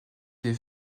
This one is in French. des